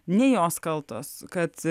ne jos kaltos kad